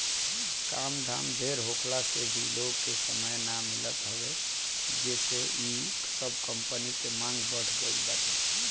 काम धाम ढेर होखला से भी लोग के समय ना मिलत हवे जेसे इ सब कंपनी के मांग बढ़ गईल बाटे